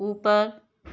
ऊपर